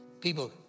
People